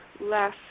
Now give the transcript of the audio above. less